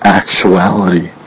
actuality